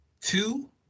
Two